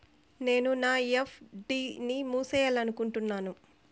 నేను నా ఎఫ్.డి ని మూసేయాలనుకుంటున్నాను